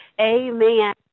Amen